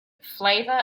flavor